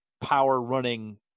power-running